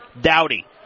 Dowdy